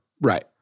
Right